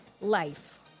life